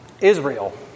Israel